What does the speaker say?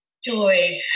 Joy